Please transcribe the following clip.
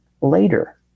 later